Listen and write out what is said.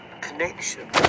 connection